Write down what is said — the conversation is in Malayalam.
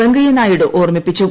വെങ്കയ്യ നായിഡു ഓർമ്മിപ്പിച്ചു